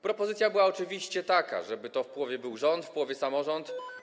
Propozycja była oczywiście taka, żeby w połowie finansował rząd, w połowie - samorząd.